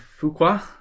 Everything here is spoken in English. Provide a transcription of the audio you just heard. Fuqua